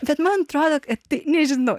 bet man atrodo kad nežinau